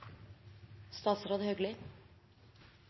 statsråd Hauglie